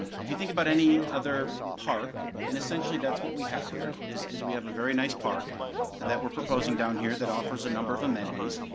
if you think about any other park, and essentially that's what we have here, is is we have a very nice park that we're proposing down here that offers a number of amenities,